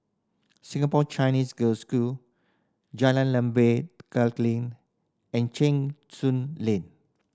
Singapore Chinese Girls' School Jalan Lembah and Cheng Soon Lane